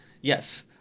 Yes